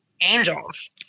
angels